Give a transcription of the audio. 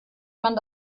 man